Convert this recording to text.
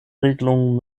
regelungen